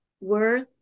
worth